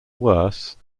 worse